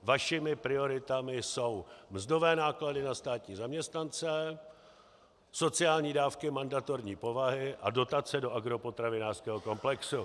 Vašimi prioritami jsou mzdové náklady na státní zaměstnance, sociální dávky mandatorní povahy a dotace do agropotravinářského komplexu.